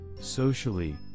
Socially